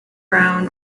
brown